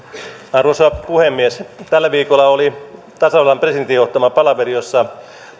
arvoisa puhemies tällä viikolla oli tasavallan presidentin johtama palaveri jossa